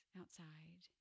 outside